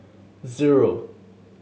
zero